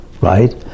right